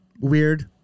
Weird